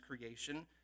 creation